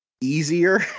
easier